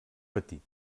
petit